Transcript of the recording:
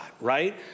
right